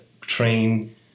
train